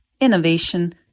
innovation